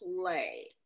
play